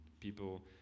people